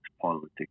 politics